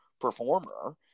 performer